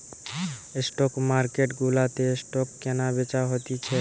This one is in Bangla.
স্টক মার্কেট গুলাতে স্টক কেনা বেচা হতিছে